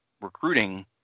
recruiting